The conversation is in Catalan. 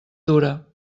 dura